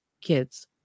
kids